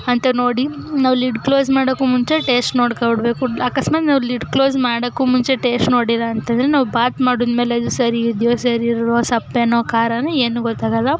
ಅಂತ ನೋಡಿ ನಾವು ಲಿಡ್ ಕ್ಲೋಸ್ ಮಾಡೋಕ್ಕೂ ಮುಂಚೆ ಟೇಸ್ಟ್ ನೋಡ್ಕೊಂಡು ಬಿಡಬೇಕು ಅಕಸ್ಮಾತ್ ನಾವು ಲಿಡ್ ಕ್ಲೋಸ್ ಮಾಡೋಕ್ಕೂ ಮುಂಚೆ ಟೇಸ್ಟ್ ನೋಡಿಲ್ಲ ಅಂತ ಅಂದ್ರೆ ನಾವು ಬಾತ್ ಮಾಡಿದ್ಮೇಲೆ ಇದು ಸರಿ ಇದೆಯೋ ಸರಿ ಇಲ್ಲವೋ ಸಪ್ಪೆಯೋ ಖಾರವೋ ಏನೂ ಗೊತ್ತಾಗಲ್ಲ